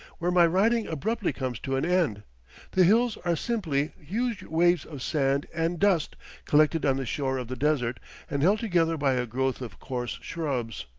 where my riding abruptly comes to an end the hills are simply huge waves of sand and dust collected on the shore of the desert and held together by a growth of coarse shrubs.